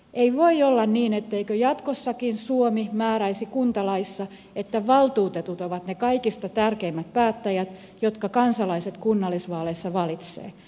ei voi olla niin etteikö jatkossakin suomi määräisi kuntalaissa että valtuutetut ovat ne kaikista tärkeimmät päättäjät jotka kansalaiset kunnallisvaaleissa valitsevat